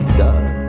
done